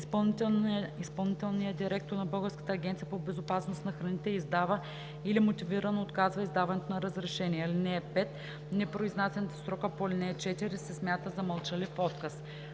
изпълнителният директор на Българската агенция по безопасност на храните издава или мотивирано отказва издаването на разрешение. (5) Непроизнасянето в срока по ал. 4 се смята за мълчалив отказ.